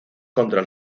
contra